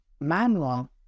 manual